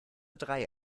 drei